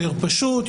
יותר פשוט,